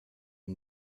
ihm